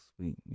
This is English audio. sweet